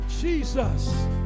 jesus